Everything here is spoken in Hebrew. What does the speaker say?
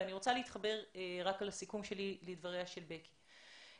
אני רוצה להתחבר בסיכום שלי לדבריה של בקי.